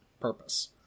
purpose